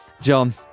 John